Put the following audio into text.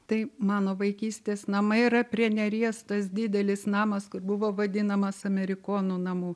tai mano vaikystės namai yra prie neries tas didelis namas kur buvo vadinamas amerikonų namu